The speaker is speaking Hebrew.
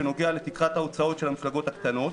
שנוגע לתקרת ההוצאות של המפלגות הקטנות.